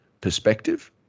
perspective